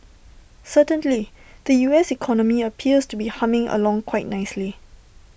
certainly the U S economy appears to be humming along quite nicely